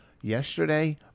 Yesterday